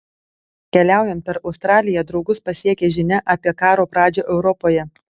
keliaujant per australiją draugus pasiekia žinia apie karo pradžią europoje